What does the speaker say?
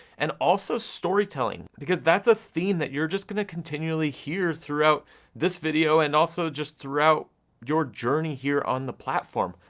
and also storytelling, because that's a theme that you're just gonna continually hear throughout this video, and also just throughout your journey here on the platform.